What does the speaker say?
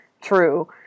true